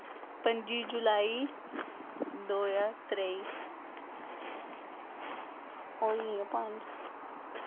पंजी जुलाई दो ज्हार त्रेई होई गेइयां पंज